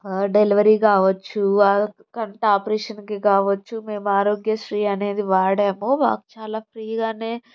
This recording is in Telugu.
డెలివరీ కావచ్చు కంటి ఆపరేషన్కి కావచ్చు మేము ఆరోగ్యశ్రీ అనేది వాడాము మాకు చాలా ఫ్రీగానే